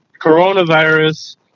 coronavirus